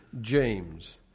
James